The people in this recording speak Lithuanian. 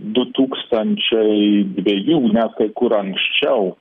du tūkstančiai dvejų net kai kur anksčiau